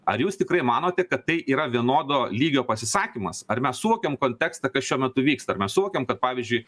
ar jūs tikrai manote kad tai yra vienodo lygio pasisakymas ar mes suvokiam kontekstą kas šiuo metu vyksta ar mes suvokiam kad pavyzdžiui